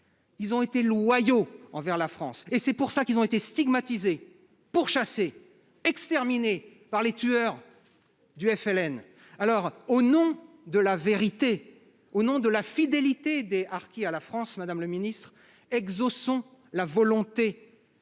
ils ont été loyaux envers la France : c'est pour cela qu'ils ont été stigmatisés, pourchassés et exterminés par les tueurs du FLN. Au nom de la vérité, au nom de la fidélité des harkis à la France, exauçons la volonté